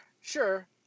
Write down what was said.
sure